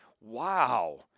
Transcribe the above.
Wow